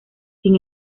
sin